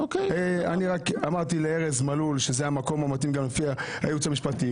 אני רק אמרתי לארז מלול שזה המקום המתאים גם לפי הייעוץ המשפטי,